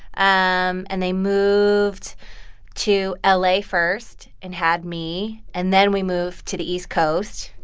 um and they moved to ah la first and had me, and then we moved to the east coast.